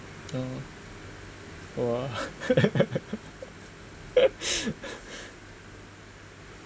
oh !wah!